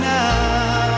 now